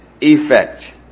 effect